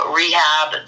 rehab